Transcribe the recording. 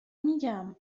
میگم